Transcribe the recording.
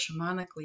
shamanically